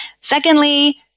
Secondly